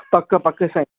पक पक साईं